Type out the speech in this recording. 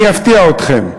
אני אפתיע אתכם,